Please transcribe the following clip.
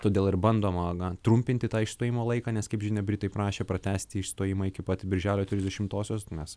todėl ir bandoma na trumpinti tą išstojimo laiką nes kaip žinia britai prašė pratęsti išstojimą iki pat birželio trisdešimtosios mes